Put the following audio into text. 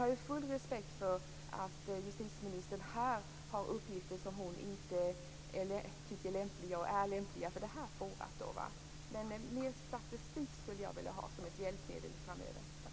Jag har full respekt för att justitieministern har uppgifter som hon inte tycker är lämpliga för detta forum, men jag skulle vilja ha mer statistik som ett hjälpmedel framöver.